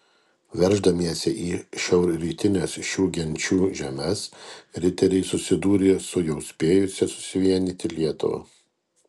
verždamiesi į šiaurrytines šių genčių žemes riteriai susidūrė su jau spėjusia susivienyti lietuva